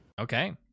Okay